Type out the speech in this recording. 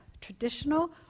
traditional